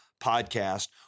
podcast